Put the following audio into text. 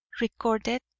Recorded